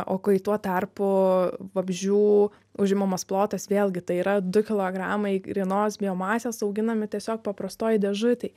o kai tuo tarpu vabzdžių užimamas plotas vėlgi tai yra du kilogramai grynos biomasės auginami tiesiog paprastoj dėžutėj